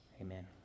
Amen